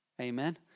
Amen